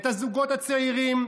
את הזוגות הצעירים,